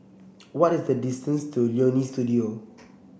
what is the distance to Leonie Studio